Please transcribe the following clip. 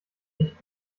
nicht